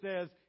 says